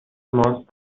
ماست